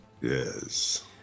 Yes